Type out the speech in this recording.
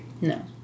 No